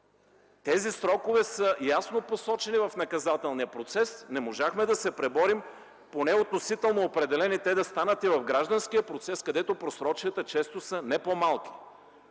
Тези срокове са посочени ясно в наказателния процес. Не можахме да се преборим поне относително определени, те да станат и в гражданския процес, където просрочията често са не по-малки.